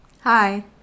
Hi